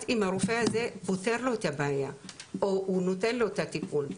אם הרופא הזה פותר לו את הבעיה או נותן לו את הטיפול.